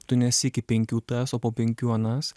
tu nesi iki penkių tas o po penkių anas